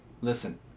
Listen